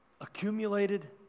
accumulated